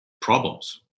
problems